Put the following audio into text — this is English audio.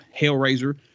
Hellraiser